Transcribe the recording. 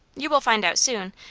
you will find out, soon,